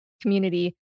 community